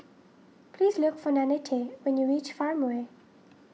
please look for Nannette when you reach Farmway